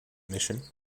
mission